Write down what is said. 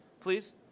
Please